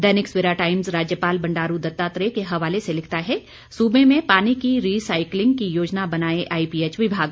दैनिक Savera Times राज्यपाल बंडारू दत्तात्रेय के हवाले से लिखता है सूबे में पानी की रिसाइकलिंग की योजना बनाए आईपीएच विभाग